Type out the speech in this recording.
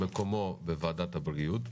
מקומו בוועדת הבריאות.